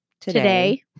Today